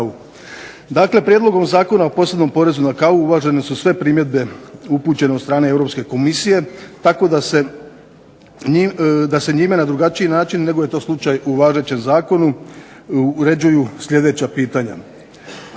Dakle, prijedlogom Zakona o posebnom porezu na kavu uvažene su sve primjedbe upućene od strane Europske komisije tako da se njime na drugačiji način nego je to slučaj u važećem zakonu uređuju sljedeća pitanja: